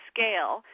Scale